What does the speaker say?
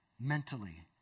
mentally